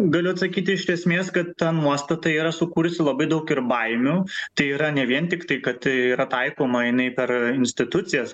galiu atsakyti iš esmės kad ta nuostata yra sukūusi labai daug ir baimių tai yra ne vien tiktai kad tai yra taikoma jinai per institucijas